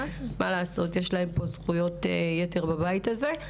מה לעשות, יש להם זכויות יתר בבית הזה.